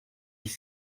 dix